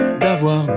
D'avoir